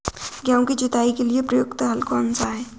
गेहूँ की जुताई के लिए प्रयुक्त हल कौनसा है?